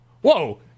whoa